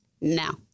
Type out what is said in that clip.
Now